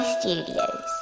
Studios